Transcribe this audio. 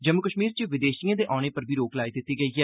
जम्मू कश्मीर च विदेशिए दे औने पर बी रोक लाई दित्ती गेई ऐ